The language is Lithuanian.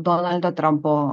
donaldo trampo